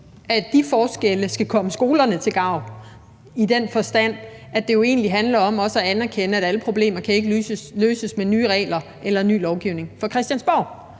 at de forskelle skal komme skolerne til gavn, i den forstand at det jo egentlig handler om at anerkende, at alle problemer ikke kan løses med nye regler eller ny lovgivning fra Christiansborg.